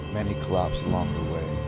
many collapse along the way,